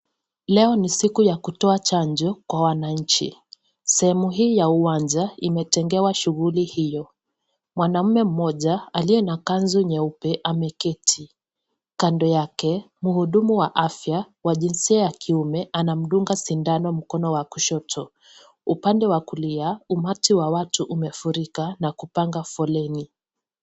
Leo ni siku ya kutoa chanjo kwa wananchi. Sehemu hii ya uwanja imetengewa shughuli hiyo. Mwanamme mmoja aliye na kanzu nyeupe ameketi. Kando yake muhudumu wa afya wa jinsia ya kiume anamdunga sindano mkono wa kushoto. Upande wa kulia umati wa watu umefurika na kupanga foleni.